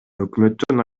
өкмөттүн